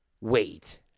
wait